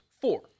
four